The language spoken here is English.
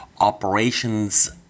operations